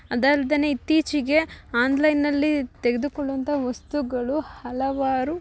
ಅದಲ್ದೆನೆ ಇತ್ತೀಚೆಗೆ ಆನ್ಲೈನಲ್ಲಿ ತೆಗೆದುಕೊಳ್ಳುವಂಥ ವಸ್ತುಗಳು ಹಲವಾರು